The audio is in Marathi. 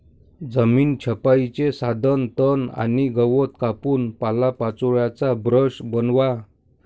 जमीन छपाईचे साधन तण आणि गवत कापून पालापाचोळ्याचा ब्रश बनवा